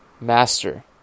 Master